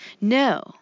No